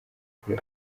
kure